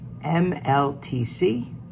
MLTC